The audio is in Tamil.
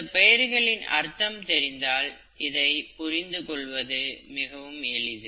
இந்த பெயர்களின் அர்த்தம் தெரிந்தால் இதை புரிந்து கொள்வது எளிது